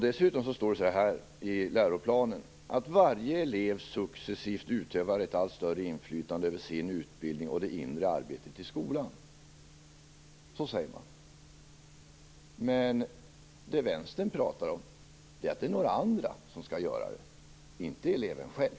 Dessutom framgår det av läroplanen att varje elev successivt utövar ett allt större inflytande över sin utbildning och det inre arbetet i skolan. Men Vänstern pratar om att andra skall göra detta, inte eleven själv.